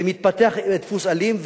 ומתפתח דפוס אלים.